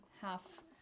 half